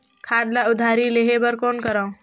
खाद ल उधारी लेहे बर कौन करव?